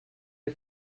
the